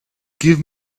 give